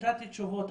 נתת תשובות,